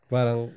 Parang